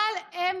אבל הם